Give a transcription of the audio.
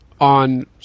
on